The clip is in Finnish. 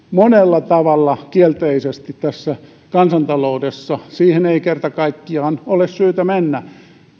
monella tavalla kielteisesti tässä kansantaloudessa siihen ei kerta kaikkiaan ole syytä mennä